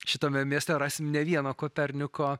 šitame mieste rasim ne vieną koperniko